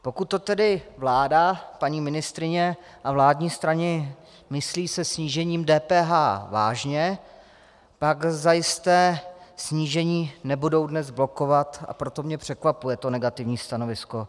Pokud to tedy vláda, paní ministryně a vládní strany myslí se snížením DPH vážně, tak zajisté snížení nebudou dnes blokovat, a proto mě překvapuje to negativní stanovisko.